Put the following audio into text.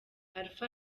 alpha